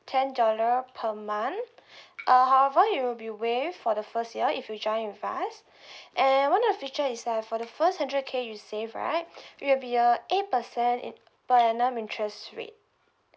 ten dollar per month uh however it will be waived for the first year if you join with us and one of the features is that for the first hundred K you save right it'll be a eight percent per annum interest rate